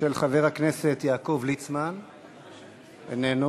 של חבר הכנסת יעקב ליצמן, איננו.